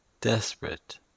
Desperate